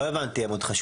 לא הבנתי, הם עוד חשודים?